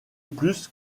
plus